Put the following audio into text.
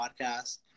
podcast